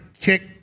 kick